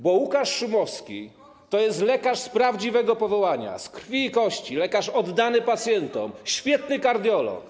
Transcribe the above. Bo Łukasz Szumowski to jest lekarz z prawdziwego powołania, z krwi i kości, lekarz oddany pacjentom, świetny kardiolog.